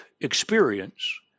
experience